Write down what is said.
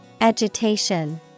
Agitation